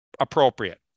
appropriate